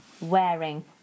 wearing